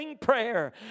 Prayer